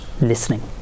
listening